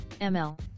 ml